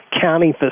County